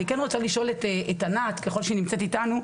אני כן רוצה לשאול את ענת, ככול שהיא נמצאת איתנו.